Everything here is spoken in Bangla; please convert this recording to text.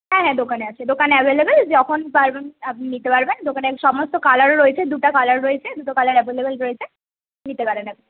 হ্যাঁ হ্যাঁ দোকানে আছে দোকানে অ্যাভেলেবেল যখন পারবেন আপনি নিতে পারবেন দোকানে সমস্ত কালারও রয়েছে দুটো কালার রয়েছে দুটো কালার অ্যাভেলেবেল রয়েছে নিতে পারেন আপনি